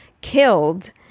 killed